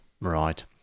Right